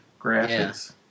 graphics